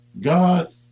God